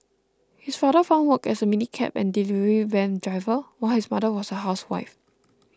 his father found work as a minicab and delivery van driver while his mother was a housewife